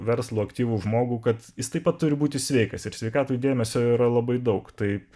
verslo aktyvų žmogų kad jis taip pat turi būti sveikas ir sveikatai dėmesio yra labai daug taip